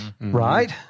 right